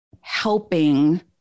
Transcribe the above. helping